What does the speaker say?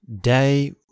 day